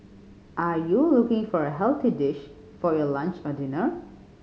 are you looking for a healthy dish for your lunch or dinner